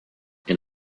and